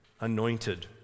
anointed